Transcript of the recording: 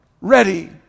ready